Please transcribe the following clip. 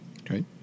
Okay